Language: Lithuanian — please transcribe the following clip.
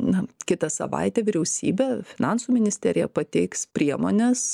na kitą savaitę vyriausybė finansų ministerija pateiks priemones